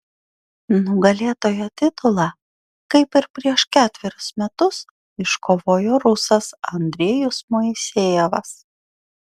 nugalėtojo titulą kaip ir prieš ketverius metus iškovojo rusas andrejus moisejevas